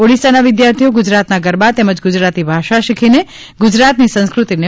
ઓડિસાના વિદ્યાર્થીઓ ગુજરાતના ગરબા તેમજ ગુજરાતી ભાષા શીખીને ગુજરાતની સંસ્કૃતિને પ્રદર્શિત કરશે